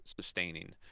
sustaining